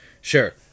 sure